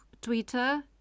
Twitter